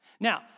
Now